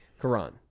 Quran